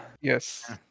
yes